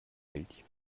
milch